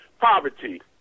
poverty